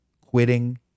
quitting